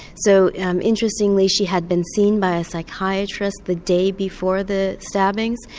so interestingly she had been seen by a psychiatrist the day before the stabbings,